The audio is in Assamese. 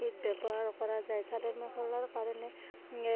ব্যৱহাৰ কৰা যায় চাদৰ মেখেলাৰ কাৰণে